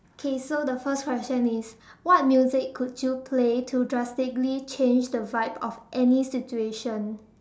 okay so the first question is what music could you play to drastically change the vibe of any situation